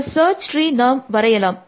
இந்த சர்ச் ட்ரீயை நாம் வரையலாம்